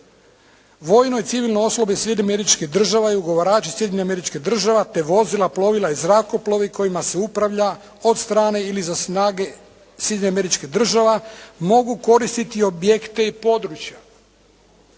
vojno i civilno osoblje Sjedinjenih Američkih Država i ugovarači Sjedinjenih Američkih Država te vozila, plovila i zrakoplovi kojima se upravlja od strane ili za snage Sjedinjenih Američkih država mogu koristiti objekte i područja.